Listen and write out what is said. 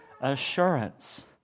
assurance